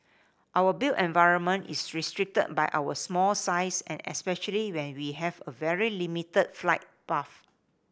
our built environment is restricted by our small size and especially when we have a very limited flight path